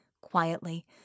quietly